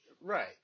right